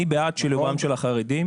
אני בעד שילוב החרדים,